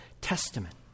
Testament